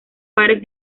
pares